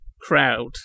crowd